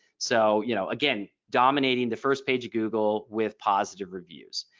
so you know again dominating the first page of google with positive reviews.